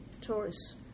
tourists